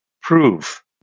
prove